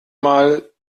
mal